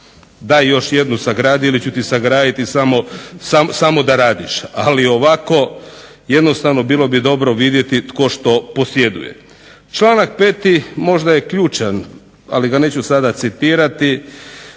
daj još jednu sagradi ili ću ti sagraditi samo da radiš ali ovako jednostavno bilo bi dobro vidjeti tko što posjeduje. Članak 5. možda je ključan ali ga neću sada citirati,